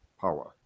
power